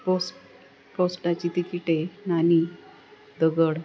post पोस्टाची तिकिटे नाणी दगड